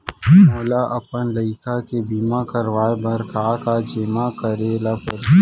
मोला अपन लइका के बीमा करवाए बर का का जेमा करे ल परही?